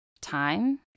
time